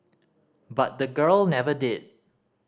but the girl never did